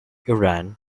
iran